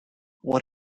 what